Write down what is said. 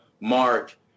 Mark